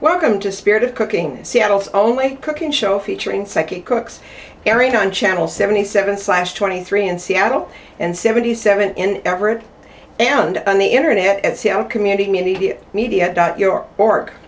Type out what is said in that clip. welcome to spirit of cooking seattle's only cooking show featuring psychic cooks airing on channel seventy seven slash twenty three in seattle and seventy seven in everett and on the internet and see how community media dot your work